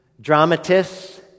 dramatists